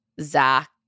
Zach